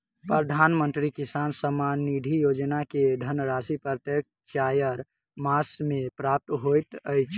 प्रधानमंत्री किसान सम्मान निधि योजना के धनराशि प्रत्येक चाइर मास मे प्राप्त होइत अछि